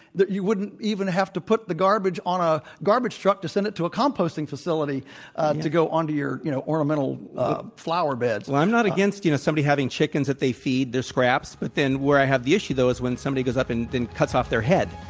you wouldn't even have to put the garbage on a garbage truck to send it to a composting facility to go onto your, you know, ornamental flowerbeds. well, i'm not against, you know, somebody having chickens that they feed the scraps. but then where i have the issue though is when somebody goes up and then cuts off their head.